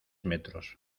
metros